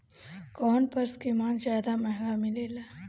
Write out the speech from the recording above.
कौन पशु के मांस ज्यादा महंगा मिलेला?